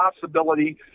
possibility